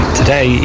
today